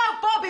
פה,